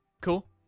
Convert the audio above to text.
cool